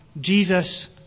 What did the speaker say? Jesus